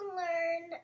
learn